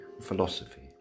philosophy